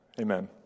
Amen